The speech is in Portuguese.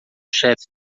chefe